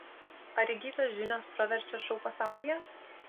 ar įgytos žinios praverčia šou pasaulyje